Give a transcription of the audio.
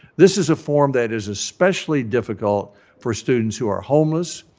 this is a form that is especially difficult for students who are homeless,